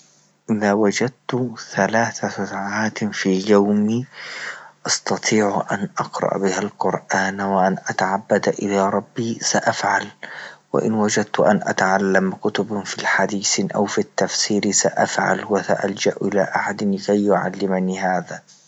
ما وجدت ثلاثة ساعات في يومي أستطيع أن أقرأ بها القرآن وأن أتعبد إلى ربي سأفعل، وإن وجدت أن أتعلم كتبا في حديس أو في التفسير سأفعل وسألجأ إلى أحد سيعلمني هذا.